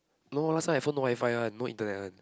no last time my phone no WiFi one no internet one